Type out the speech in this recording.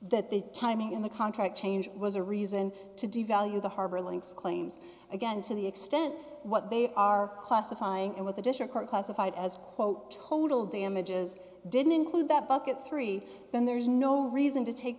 that the timing in the contract change was a reason to devalue the harbor links claims again to the extent what they are classifying and what the district court classified as quote total damages didn't include that bucket three then there's no reason to take